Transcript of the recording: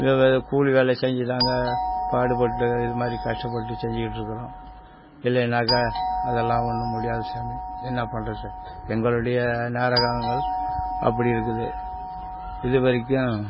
கூலி வேலை செஞ்சிதாங்க பாடுபட்டு இதுமாதிரி கஷ்டப்பட்டு செஞ்சிக்கிட்ருக்கிறோம் இல்லைனாக்கா அதெல்லாம் ஒன்றும் முடியாது சாமி என்ன பண்ணுறது எங்களுடைய நேரம் காலங்கள் அப்படி இருக்குது இதுவரைக்கும்